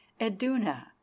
eduna